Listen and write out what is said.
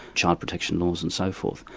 child protection laws and so forth.